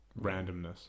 randomness